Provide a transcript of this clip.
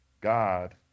God